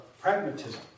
pragmatism